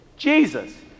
Jesus